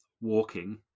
walking